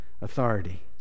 authority